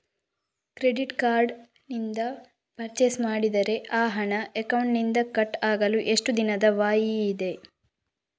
Credit card ನಿಂದ purchase ಮಾಡಿದರೆ ಆ ಹಣ ಅಕೌಂಟಿನಿಂದ ಕಟ್ ಆಗಲು ಎಷ್ಟು ದಿನದ ವಾಯಿದೆ ಇದೆ?